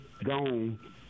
Gone